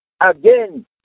again